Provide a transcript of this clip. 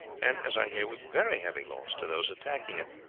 and, as i hear, with very heavy loss to those attacking it.